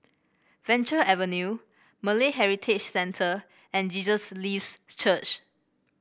Venture Avenue Malay Heritage Centre and Jesus Lives Church